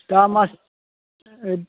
दामासो